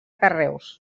carreus